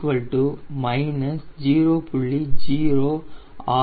063 4